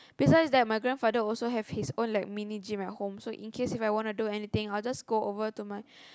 besides that my grandfather also have his own like mini gym at home so in case If I wanna do anything I just go over to my